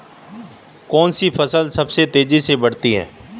कौनसी फसल सबसे तेज़ी से बढ़ती है?